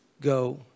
go